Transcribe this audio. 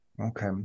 Okay